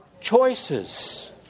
choices